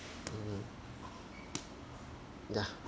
mm yeah